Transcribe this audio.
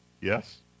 yes